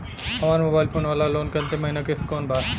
हमार mobile phone वाला loan के अंतिम महिना किश्त कौन बा?